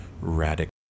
radical